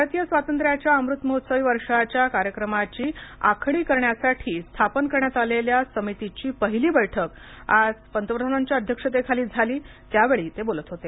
भारतीय स्वातंत्र्याच्या अमृत महोत्सवी वर्षाच्या कार्यक्रमाची आखणी करण्यासाठी स्थापन करण्यात आलेल्या समितीची पहिली बैठक आज पंतप्रधानांच्या अध्यक्षतेखाली झाली त्यावेळी ते बोलत होते